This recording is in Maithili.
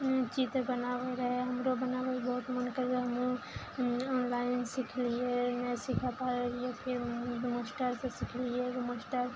चित्र बनाबय रहय हमरो बनाबय बहुत मोन करय हमहुँ ऑनलाइन सिखलियै नहि सीख पाबय रहियइ फेर मास्टरसँ सिखलियइ मास्टर